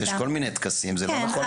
יש כל מיני טקסים, זה לא נכון.